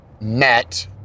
met